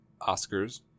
Oscars